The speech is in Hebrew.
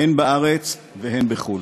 הן בארץ והן בחו"ל.